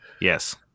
Yes